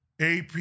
AP